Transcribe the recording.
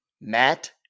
Matt